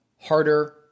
harder